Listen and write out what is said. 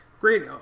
Great